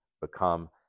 become